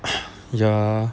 ya